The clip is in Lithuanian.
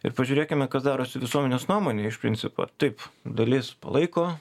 ir pažiūrėkime kas darosi visuomenės nuomonė iš principo taip dalis palaiko